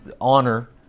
honor